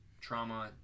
trauma